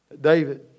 David